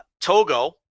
Togo